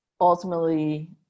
ultimately